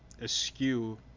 askew